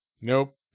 Nope